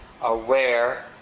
aware